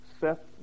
set